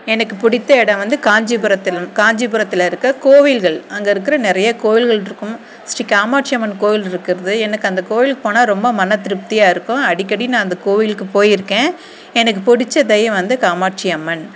எனக்கு பிடித்த இடம் வந்து காஞ்சிபுரத்தில் காஞ்சிபுரத்தில் இருக்க கோவில்கள் அங்கே இருக்கிற நிறைய கோவில்கள் இருக்கும் ஸ்ரீ காமாட்சி அம்மன் கோயில் இருக்கிறது எனக்கு அந்த கோயில்க்கு போனால் ரொம்ப மன திருப்தியாக இருக்கும் அடிக்கடி நான் அந்த கோயிலுக்கு போயிருக்கேன் எனக்கு பிடிச்ச தெய்வம் வந்து காமாட்சி அம்மன்